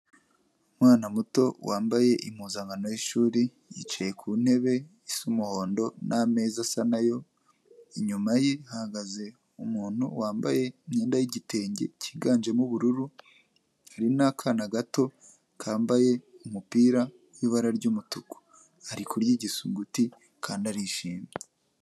Umwana muto wambaye impuzankano y'ishuri yicaye ku ntebe isa umuhondo n'ameza asa nayo, inyuma ye hahagaze umuntu wambaye imyenda y'igitenge cyiganjemo ubururu, hari n'akana gato kambaye umupira w'ibara ry'umutuku, ari kurya igisuguti kandi arishimye.